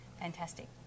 fantastic